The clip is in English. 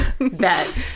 Bet